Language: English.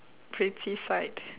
pretty sight